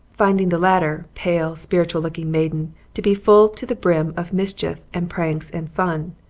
finding the latter pale spiritual-looking maiden to be full to the brim of mischief and pranks and fun,